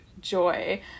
joy